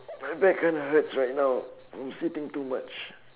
my back kind of hurts right now I'm sitting too much